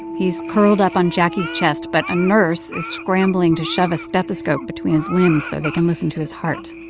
he's curled up on jacquie's chest, but a nurse is scrambling to shove a stethoscope between his limbs so they can listen to his heart